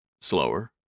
Slower